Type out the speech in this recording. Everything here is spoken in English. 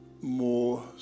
more